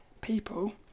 People